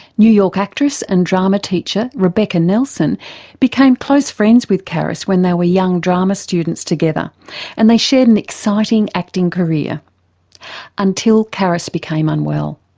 new york actress and drama teacher rebecca nelson became close friends with caris when they were young drama students together and they shared an exciting acting career until caris became unwell.